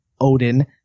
odin